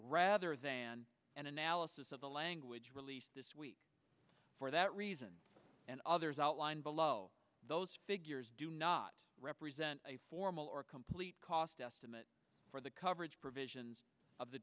rather than an analysis of the language released this week for that reason and others outlined below those figures do not represent a formal or complete cost estimate for the coverage provisions of the